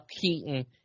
Keaton